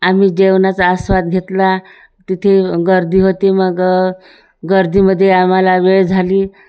आम्ही जेवणाचा आस्वाद घेतला तिथे गर्दी होती मग गर्दीमध्ये आम्हाला वेळ झाली